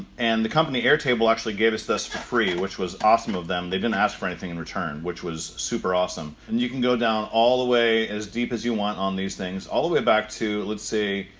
and the company airtable actually gave us this for free, which was awesome of them. they didn't ask for anything in and return, which was super awesome. and you can go down all the way as deep as you want on these things, all the way back to, let's see.